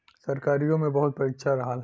सरकारीओ मे बहुत परीक्षा रहल